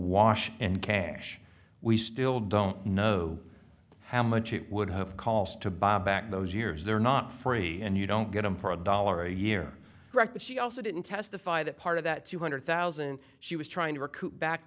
washed in cash we still don't know how much it would have cost to buy back those years they're not free and you don't get them for a dollar a year right but she also didn't testify that part of that two hundred thousand she was trying to recoup back